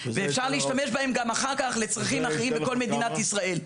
ואפשר להשתמש בהן גם אחר כך לצרכים אחרים בכל מדינת ישראל.